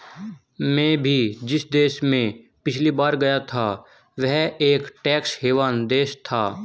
मैं भी जिस देश में पिछली बार गया था वह एक टैक्स हेवन देश था